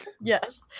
Yes